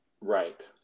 Right